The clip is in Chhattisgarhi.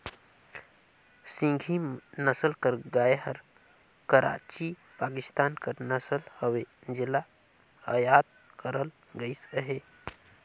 सिंघी नसल कर गाय हर कराची, पाकिस्तान कर नसल हवे जेला अयात करल गइस अहे